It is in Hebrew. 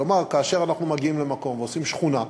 כלומר, כאשר אנחנו מגיעים למקום ועושים שכונה,